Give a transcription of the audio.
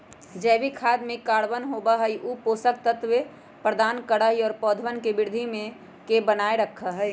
जैविक खाद में कार्बन होबा हई ऊ पोषक तत्व प्रदान करा हई और पौधवन के वृद्धि के बनाए रखा हई